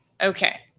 Okay